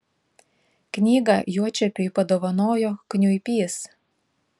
knygą juočepiui padovanojo kniuipys